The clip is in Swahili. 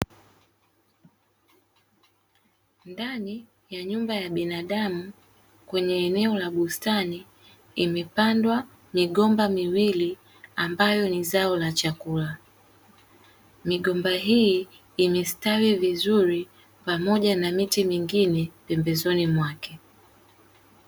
Ndani ya nyumba ya binadamu kumepandwa migomba miwili ambayo ni zao la chakula. Migomba hii imestawi vizuri pamoja na miti mingine pembezoni mwake.